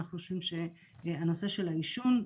אנחנו חושבים שהנושא של העישון,